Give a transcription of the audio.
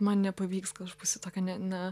man nepavyks aš būsiu tokia ne ne